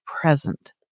present